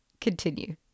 continue